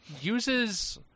uses